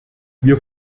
wir